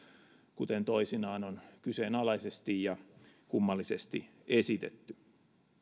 kuten toisinaan on kyseenalaisesti ja kummallisesti esitetty